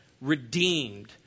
redeemed